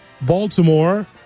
Baltimore